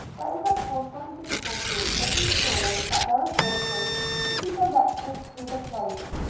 there is of course some difficulty in ensuring that their attention should be directed to the place,